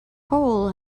hole